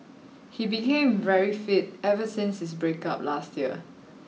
he became very fit ever since his break up last year